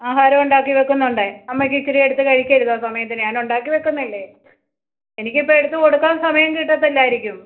ആഹാരമുണ്ടാക്കി വെക്കുന്നുണ്ട് അമ്മക്ക് ഇച്ചിരി എടുത്ത് കഴിക്കരുതോ സമയത്തിന് ഞാനുണ്ടാക്കി വെക്കുന്നില്ലേ എനിക്ക് ഇപ്പം എടുത്തുകൊടുക്കാൻ സമയം കിട്ടത്തില്ലായിരിക്കും